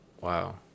wow